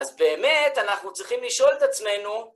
אז באמת, אנחנו צריכים לשאול את עצמנו...